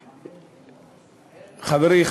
חברים,